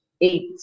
Eight